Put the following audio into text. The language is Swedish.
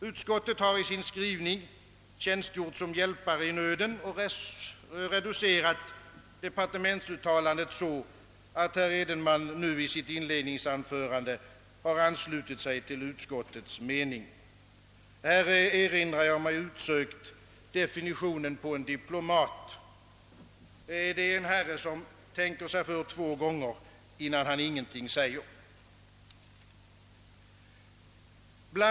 Utskottet har med sin skrivning tjänstgjort som en hjälpare i nöden och har reducerat uttalandet så, att ecklesiastikministern nu i sitt inledningsanförande kunnat ansluta sig till utskottets mening. Här erinrar jag mig osökt definitionen på en diplomat: Det är en herre som tänker sig för två gånger innan han ingenting säger.